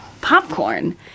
popcorn